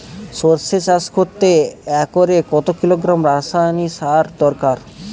সরষে চাষ করতে একরে কত কিলোগ্রাম রাসায়নি সারের দরকার?